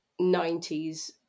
90s